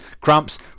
cramps